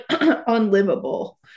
unlivable